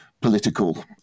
political